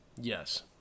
Yes